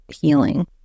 healing